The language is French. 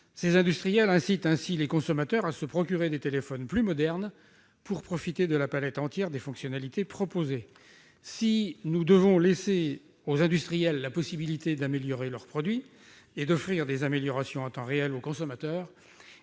Les industriels incitent ainsi les consommateurs à se procurer des téléphones plus modernes pour pouvoir profiter de la palette entière des fonctionnalités proposées. Si nous devons laisser aux industriels la possibilité d'améliorer leurs produits et d'offrir des améliorations en temps réel aux consommateurs,